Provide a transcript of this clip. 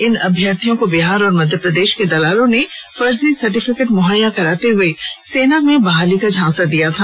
इन अभ्यर्थियों को बिहार और मध्य प्रदेश के दलालों ने फर्जी सर्टिफिकेट मुहैया कराते हुए सेना में बहाली का झांसा दिया था